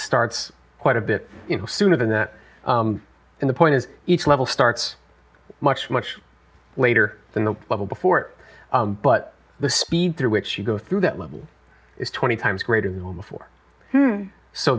starts quite a bit sooner than that and the point is each level starts much much later than the level before but the speed through which you go through that level is twenty times greater one before so